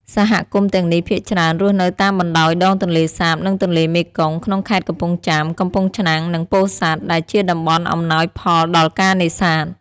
សហគមន៍ទាំងនេះភាគច្រើនរស់នៅតាមបណ្តោយដងទន្លេសាប និងទន្លេមេគង្គ ក្នុងខេត្តកំពង់ចាម កំពង់ឆ្នាំង និងពោធិ៍សាត់ ដែលជាតំបន់អំណោយផលដល់ការនេសាទ។